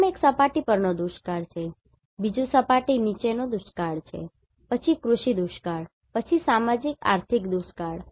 પ્રથમ એક સપાટી પરનો દુષ્કાળ છે બીજું સપાટી નીચે નો દુકાળ પછી કૃષિ દુષ્કાળ પછી સામાજિક આર્થિક દુષ્કાળ